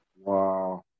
Wow